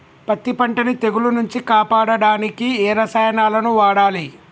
పత్తి పంటని తెగుల నుంచి కాపాడడానికి ఏ రసాయనాలను వాడాలి?